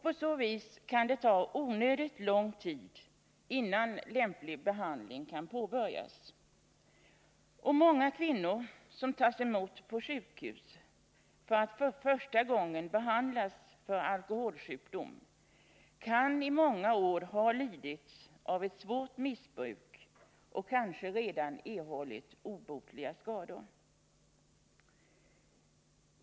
På så vis kan det ta onödigt lång tid innan lämplig behandling kan påbörjas. Många kvinnor som tas emot på sjukhus för att för första gången behandlas för alkoholsjukdom kan i många år ha lidit av ett svårt missbruk och kanske redan har erhållit obotliga skador.